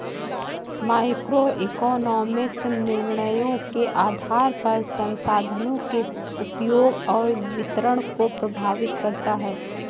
microeconomics निर्णयों के आधार पर संसाधनों के उपयोग और वितरण को प्रभावित करता है